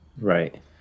Right